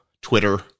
Twitter